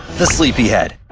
the sleepyhead